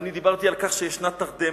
דיברתי על כך שיש תרדמת,